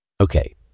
Okay